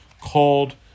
called